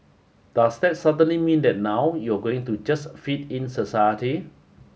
does that suddenly mean that now you're going to just fit in society